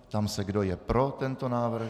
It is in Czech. Ptám se, kdo je pro tento návrh.